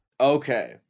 Okay